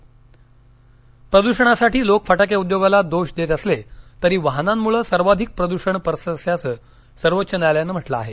सर्वोच्च न्यायालय फटाके प्रदुषणासाठी लोक फटाके उद्योगाला दोष देत असले तरी वाहनांमुळं सर्वाधिक प्रदूषण पसरत असल्याचं सर्वोच्च न्यायालयानं म्हंटल आहे